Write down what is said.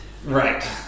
Right